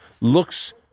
looks –